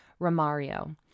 Romario